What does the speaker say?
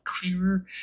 clearer